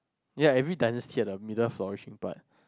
yeah every dynasty have the middle flourishing part